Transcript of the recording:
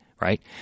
right